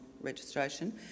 registration